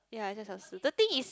yea it just 小事 the thing is